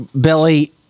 Billy